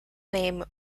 name